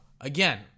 Again